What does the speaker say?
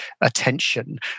attention